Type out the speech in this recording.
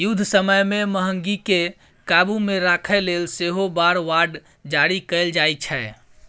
युद्ध समय मे महगीकेँ काबु मे राखय लेल सेहो वॉर बॉड जारी कएल जाइ छै